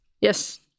Yes